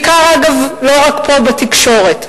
ואגב בעיקר לא רק פה, בתקשורת.